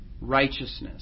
righteousness